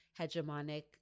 hegemonic